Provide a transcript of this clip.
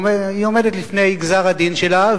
היא עומדת לפני גזר-הדין שלה,